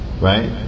right